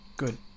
Good